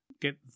get